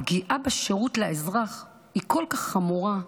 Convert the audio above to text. הפגיעה בשירות לאזרח היא כל כך חמורה,